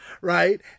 right